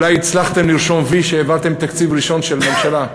אולי הצלחתם לרשום "וי" שהעברתם תקציב ראשון של ממשלה.